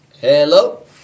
Hello